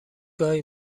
گاهی